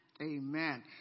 Amen